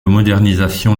modernisation